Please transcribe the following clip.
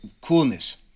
coolness